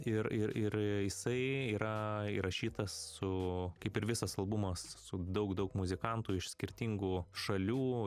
ir ir ir jisai yra įrašytas su kaip ir visas albumas su daug daug muzikantų iš skirtingų šalių